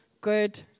good